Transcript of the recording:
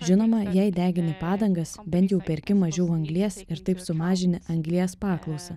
žinoma jei degini padangas bent jau perki mažiau anglies ir taip sumažini anglies paklausą